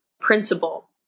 principal